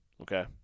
okay